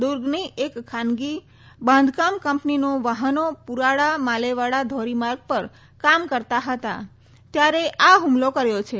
દૂર્ગની એક ખાનગી બાંધકામ કંપનીનો વાહનો પૂરાડા માલેવાડા ધોરીમાર્ગ પર કામ પર હતા ત્યારે આ હુમલો કર્યો છે